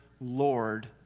lord